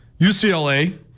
UCLA